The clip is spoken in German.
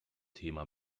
thema